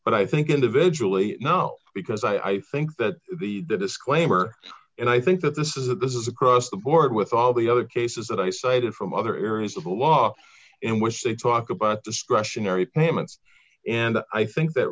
but i think individually no because i think that the disclaimer and i think that this is that this is across the board with all the other cases that i cited from other areas of the law in which they talk about discretionary payments and i think that